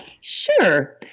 Sure